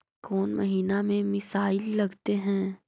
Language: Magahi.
कौन महीना में मिसाइल लगते हैं?